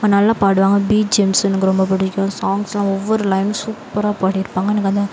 நல்லா பாடுவாங்க பிஜிஎம்ஸு எனக்கு ரொம்பப் பிடிக்கும் சாங்ஸ்லாம் ஒவ்வொரு லைனும் சூப்பராக பாடியிருப்பாங்க எனக்கு வந்து